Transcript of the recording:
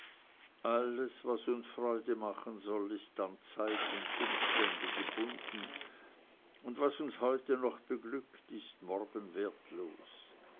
alles was uns freude machen soll ist an zeit und umstände gebunden und was uns heute noch beglückt ist morgen wertlos